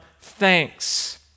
thanks